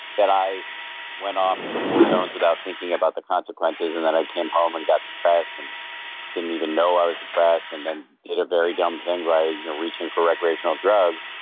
that i went off to war zones without thinking about the consequences, and then i came home and got depressed, and didn't even know i was depressed, and then did a very dumb thing where i was you know reaching for recreational drugs,